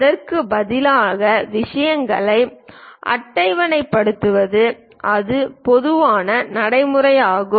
அதற்கு பதிலாக விஷயங்களை அட்டவணைப்படுத்துவது ஒரு பொதுவான நடைமுறையாகும்